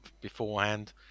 beforehand